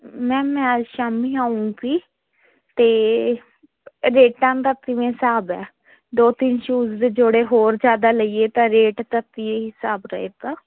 ma'am ਮੈਂ ਅੱਜ ਸ਼ਾਮੀ ਆਵਾਂਗੀ ਅਤੇ ਰੇਟਾਂ ਦਾ ਕਿਵੇਂ ਹਿਸਾਬ ਹੈ ਦੋ ਤਿੰਨ ਸ਼ੂਜ ਦੇ ਜੋੜੇ ਹੋਰ ਜ਼ਿਆਦਾ ਲਈਏ ਤਾਂ ਰੇਟ ਦਾ ਕੀ ਹਿਸਾਬ ਰਹੇਗਾ